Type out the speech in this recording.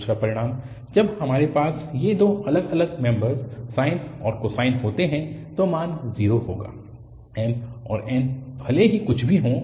दूसरा परिणाम जब हमारे पास ये दो अलग अलग मेम्बर साइन और कोसाइन होते हैं तो मान 0 होगा m और n भले ही कुछ भी हों